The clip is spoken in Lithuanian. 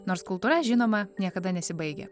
nors kultūra žinoma niekada nesibaigia